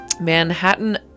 Manhattan